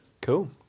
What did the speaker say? Cool